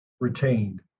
retained